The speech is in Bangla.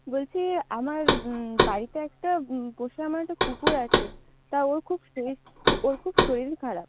বলছি আমার বাড়িতে একটা পোষা আমার একটা কুকুর আছে তা ওর খুব স্ট্রেস খু ওর খুব শরীর খারাপ